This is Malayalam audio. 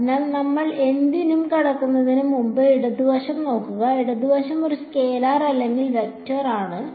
അതിനാൽ നമ്മൾ എന്തിനും കടക്കുന്നതിന് മുമ്പ് ഇടത് വശത്ത് നോക്കുക ഇടത് വശം ഒരു സ്കെലാർ അല്ലെങ്കിൽ വെക്റ്റർ ആണ്